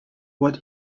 what